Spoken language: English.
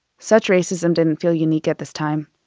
such racism didn't feel unique at this time.